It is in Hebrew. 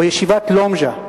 או ישיבת "לומז'ה"